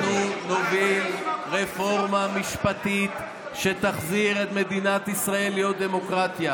אנחנו נוביל רפורמה משפטית שתחזיר את מדינת ישראל להיות דמוקרטיה,